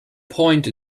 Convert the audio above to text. point